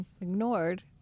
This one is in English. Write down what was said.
ignored